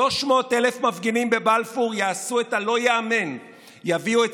300,000 מפגינים בבלפור יעשו את הלא-ייאמן: יביאו את